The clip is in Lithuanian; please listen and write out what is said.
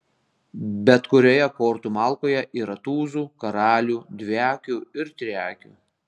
bet kurioje kortų malkoje yra tūzų karalių dviakių ir triakių